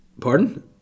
Pardon